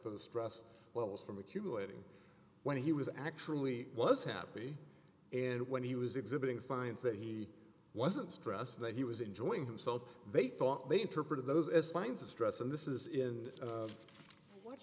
the stress levels from accumulating when he was actually was happy and when he was exhibiting signs that he wasn't stressed that he was enjoying himself they thought they interpreted those as signs of stress and this is in what